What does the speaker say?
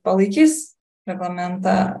palaikys reglamentą